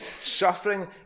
suffering